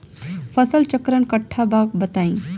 फसल चक्रण कट्ठा बा बताई?